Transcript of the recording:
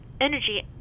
energy